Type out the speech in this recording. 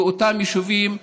באותם יישובים,